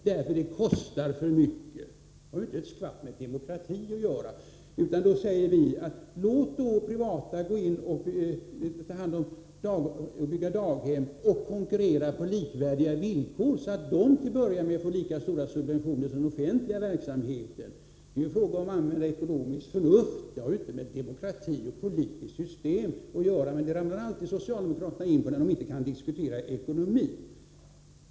Det kostar för mycket — det har inte ett skvatt med demokrati att göra. Vi säger: Låt privata intressen gå in och bygga daghem och konkurrera på likvärdiga villkor, så att de till att börja med får lika stora subventioner som den offentliga verksamheten! Det är ju fråga om att använda ekonomiskt förnuft. Det har inte med demokrati och politiskt system att göra! Men detta ramlar socialdemokraterna alltid in på när de inte kan diskutera ekonomi.